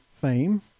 fame